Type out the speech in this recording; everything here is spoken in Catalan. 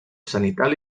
zenital